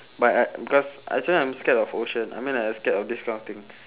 but I because actually I'm scared of ocean I mean like I scared of this kind of thing